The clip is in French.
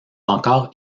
encore